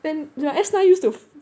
and your s nine used to